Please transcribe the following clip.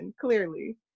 Clearly